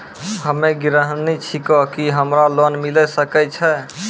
हम्मे गृहिणी छिकौं, की हमरा लोन मिले सकय छै?